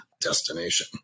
destination